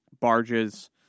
barges